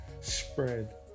spread